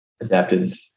adaptive